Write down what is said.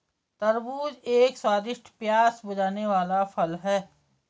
तरबूज एक स्वादिष्ट, प्यास बुझाने वाला फल है